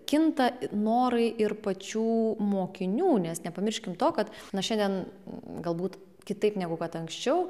kinta norai ir pačių mokinių nes nepamirškim to kad na šiandien galbūt kitaip negu kad anksčiau